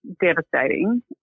devastating